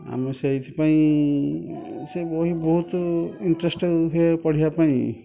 ଆମେ ସେଇଥିପାଇଁ ସେ ବହି ବହୁତ ଇଣ୍ଟ୍ରେଷ୍ଟ ହୁଏ ପଢ଼ିବା ପାଇଁ